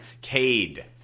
Cade